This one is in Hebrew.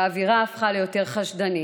והאווירה הפכה ליותר חשדנית.